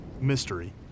mystery